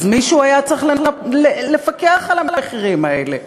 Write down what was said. מישהו היה צריך לפקח על המחירים האלה.